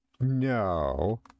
No